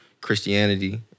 Christianity